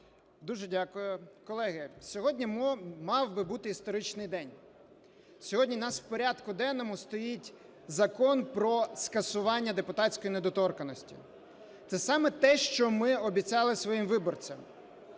Дуже дякую. Колеги, сьогодні мав би бути історичний день. Сьогодні у нас в порядку денному стоїть Закон про скасування депутатської недоторканності. Це саме те, що ми обіцяли своїм виборцям,